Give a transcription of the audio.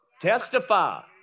testify